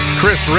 Chris